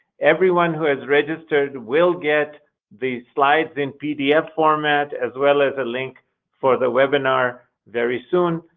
everyone who has registered will get the slides in pdf format, as well as a link for the webinar very soon,